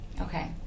Okay